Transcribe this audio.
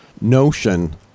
notion